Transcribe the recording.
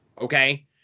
Okay